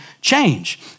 change